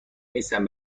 نیستن